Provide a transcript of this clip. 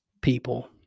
people